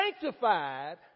sanctified